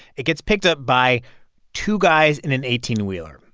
it gets picked up by two guys in an eighteen wheeler.